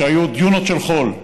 שהיו דיונות של חול,